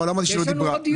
יש לנו עוד דיון אחר כך.